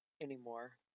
anymore